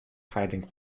hiding